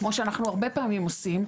כמו שאנחנו הרבה פעמים עושים,